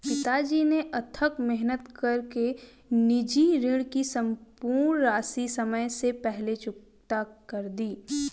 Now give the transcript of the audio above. पिताजी ने अथक मेहनत कर के निजी ऋण की सम्पूर्ण राशि समय से पहले चुकता कर दी